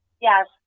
Yes